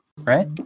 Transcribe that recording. right